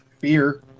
beer